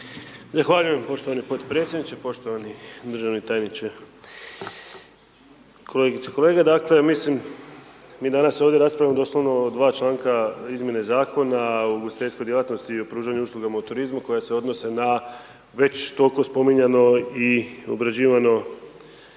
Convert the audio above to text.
Zahvaljujem poštovani podpredsjedniče, poštovani državni tajniče, kolegice, kolege. Dakle, mislim, mi danas raspravljamo doslovno o dva članka izmjene Zakona o ugostiteljskoj djelatnosti i o pružanju usluga u turizmu koja se odnose na već tol'ko spominjanoj i